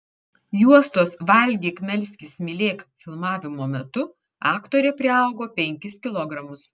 juostos valgyk melskis mylėk filmavimo metu aktorė priaugo penkis kilogramus